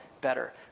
better